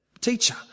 Teacher